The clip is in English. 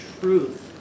truth